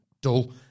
dull